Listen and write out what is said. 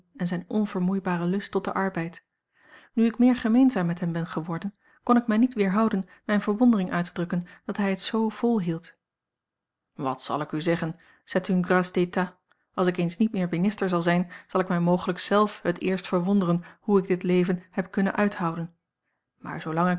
en zijn onvermoeibaren lust tot den a l g bosboom-toussaint langs een omweg arbeid nu ik meer gemeenzaam met hem ben geworden kon ik mij niet weerhouden mijne verwondering uit te drukken dat hij het z volhield wat zal ik u zeggen c'est une grâce d'état als ik eens niet meer minister zal zijn zal ik mij mogelijk zelf het eerst verwonderen hoe ik dit leven heb kunnen uithouden maar zoolang